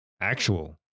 actual